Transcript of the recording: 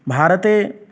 भारते